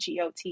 GOT